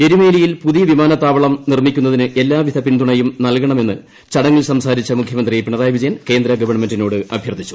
എരുമേലിയിൽ പുതിയ വിമാനത്താവളം നിർമ്മിക്കുന്നതിന് എല്ലാവിധ പിന്തുണയും നൽകണമെന്ന് ചടങ്ങിൽ സംസാരിച്ച മുഖ്യമന്ത്രി പിണറായി വിജയൻ കേന്ദ്ര ഗവൺമെന്റിനോട് അഭ്യർത്ഥിച്ചു